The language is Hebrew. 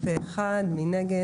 מי נגד?